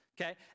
Okay